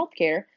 healthcare